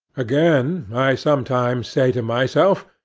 again, i sometimes say to myself,